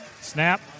Snap